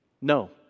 No